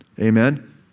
Amen